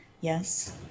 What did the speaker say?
Yes